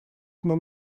non